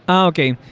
um okay.